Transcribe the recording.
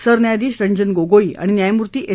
सरन्यायाधिश रंजन गोगोई आणि न्यायमुर्ती एस